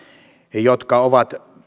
jotka ovat